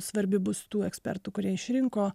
svarbi bus tų ekspertų kurie išrinko